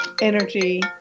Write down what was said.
energy